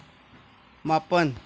ꯃꯥꯄꯟ